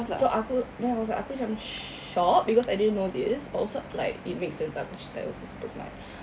so aku then I was like aku macam shocked because I didn't know this also like it makes sense lah because she's also like super smart